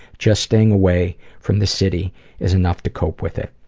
just staying away from the city is enough to cope with it.